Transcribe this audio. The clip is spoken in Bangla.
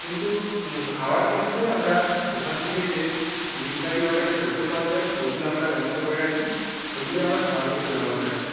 কিন্তু খাওয়ার ক্ষেত্রে আমরা দোকান থেকে যে বিসলারি ওয়াটারের যে বোতল পাওয়া যায় ওইগুলো আমরা ব্যবস্থা করে রাখি ওইগুলোই আমরা খাওয়ার ক্ষেত্রে ব্যবহার করে থাকি